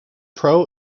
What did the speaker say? pro